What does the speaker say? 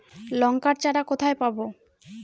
লঙ্কার চারা কোথায় পাবো?